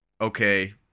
okay